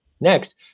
Next